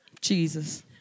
Jesus